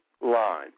line